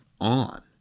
on